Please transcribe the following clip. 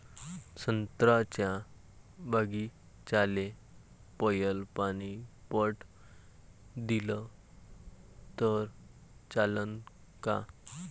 संत्र्याच्या बागीचाले पयलं पानी पट दिलं त चालन का?